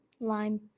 Lime